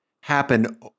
happen